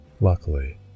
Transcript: Luckily